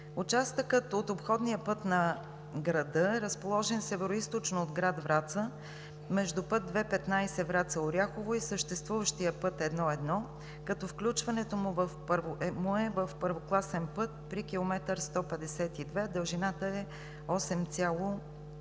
Участъкът от обходния път на града, разположен североизточно от град Враца между път II – 15 Враца – Оряхово и съществуващият път I – 1, като включването му е в първокласен път при км 152, дължината е 8,179